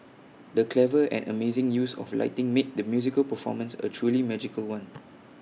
the clever and amazing use of lighting made the musical performance A truly magical one